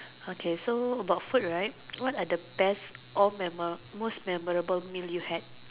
okay so about food right what are the best most memorable you had